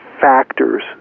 factors